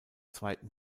zweiten